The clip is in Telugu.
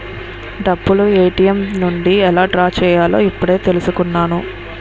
డబ్బులు ఏ.టి.ఎం నుండి ఎలా డ్రా చెయ్యాలో ఇప్పుడే తెలుసుకున్నాను